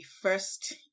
first